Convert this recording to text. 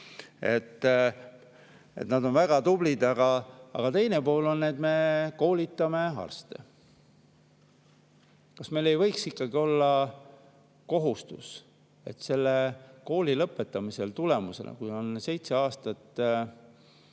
Nad on väga tublid. Aga teine pool on, et me koolitame arste. Kas meil ei võiks ikkagi olla kohustus, et selle kooli lõpetamise tulemusena, kui on seitse aastat